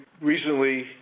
recently